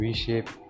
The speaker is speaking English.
V-shape